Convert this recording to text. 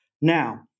Now